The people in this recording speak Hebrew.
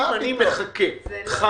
מה